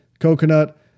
Coconut